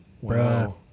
wow